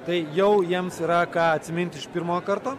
tai jau jiems yra ką atsiminti iš pirmo karto